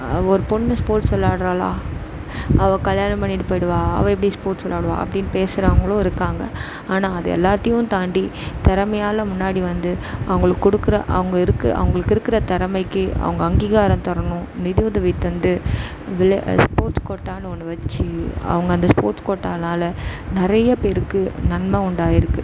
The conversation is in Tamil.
ஒரு பொண்ணு ஸ்போர்ட்ஸ் விளாட்றாளா அவ கல்யாணம் பண்ணிகிட்டு போயிடுவா அவள் எப்படி ஸ்போர்ட்ஸ் விளாடுவா அப்படின் பேசுகிறவங்களும் இருக்காங்க ஆனால் அது எல்லாத்தையும் தாண்டி திறமையால முன்னாடி வந்து அவங்களுக்கு கொடுக்குற அவங்க இருக்க அவங்களுக்கு இருக்கிற திறமைக்கி அவங்க அங்கீகாரம் தரணும் நிதி உதவி தந்து விள ஸ்போர்ட்ஸ் கோட்டான்னு ஒன்று வச்சி அவங்க அந்த ஸ்போர்ட்ஸ் கோட்டானால நிறையா பேருக்கு நன்மை உண்டாயிருக்குது